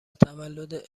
تولد